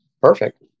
Perfect